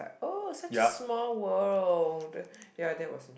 oh such a small world ya that was